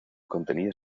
contenía